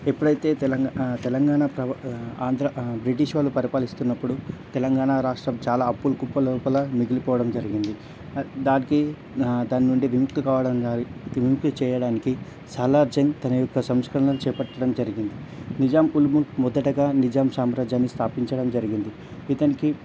ఎప్పుడైతే తెలంగాణా తెలంగాణా ఆంధ్రా బ్రిటిష్ వాళ్ళు పరిపాలిస్తున్నప్పుడు తెలంగాణా రాష్ట్రం చాలా అప్పులు కుప్పలు లోపల మిగిలిపోవడం జరిగింది దానికీ దాని నుండి విముక్తి కావడానికి విముక్తి చేయడానికి సాలర్జంగ్ తన యొక్క సంస్కరణలు చేపట్టడం జరిగింది నిజాం ఉల్ ముల్క్ మొదటగా నిజాం సామ్రాజ్యాన్ని స్థాపించడం జరిగింది ఇతనికి